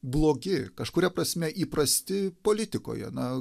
blogi kažkuria prasme įprasti politikoje na